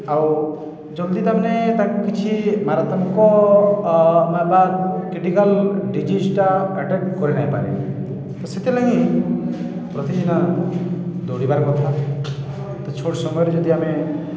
ଆଉ ଜଲ୍ଦି ତାମାନେ ତାଙ୍କୁ କିଛି ମାରାତାଙ୍କ ନ ବା କ୍ରିଟିକାଲ ଡିଜିଜଟା ଆଟ୍ରାକ୍ଟ କରି ନାଇଁପାରେ ତ ସେଥିରଲାଗିଁ ପ୍ରତିଦିନ ଦୌଡ଼ିବାର କଥା ତ ଛୋଟ୍ ସମୟରେ ଯଦି ଆମେ